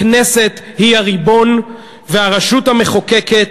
הכנסת היא הריבון והרשות המחוקקת,